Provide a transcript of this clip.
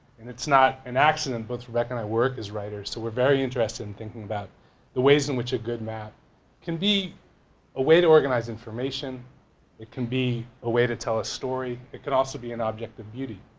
it's not an accident both rebecca and i work as writers so we're very interested in thinking about the ways in which a good map can be a way to organize information it can be a way to tell a story it can also be an object of beauty.